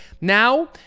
Now